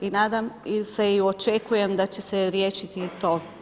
I nadam se i očekujem da će se riješiti to.